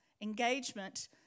engagement